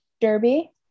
derby